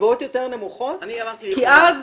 קצבות יותר נמוכות, כי אז